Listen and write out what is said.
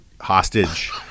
hostage